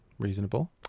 reasonable